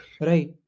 right